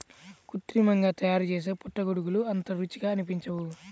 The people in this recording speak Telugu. కృత్రిమంగా తయారుచేసే పుట్టగొడుగులు అంత రుచిగా అనిపించవు